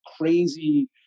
crazy